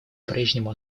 прежнему